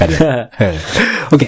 Okay